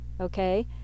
okay